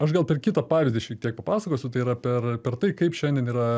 aš gal per kitą pavyzdį šiek tiek papasakosiu tai yra per per tai kaip šiandien yra